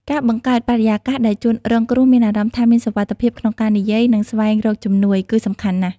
ការបង្កើតបរិយាកាសដែលជនរងគ្រោះមានអារម្មណ៍ថាមានសុវត្ថិភាពក្នុងការនិយាយ និងស្វែងរកជំនួយ គឺសំខាន់ណាស់។